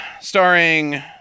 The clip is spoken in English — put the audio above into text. starring